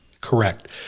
Correct